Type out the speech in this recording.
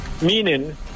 meaning